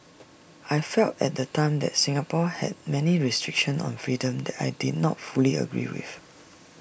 I felt at the time that Singapore had many restrictions on freedom that I did not fully agree with